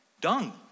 dung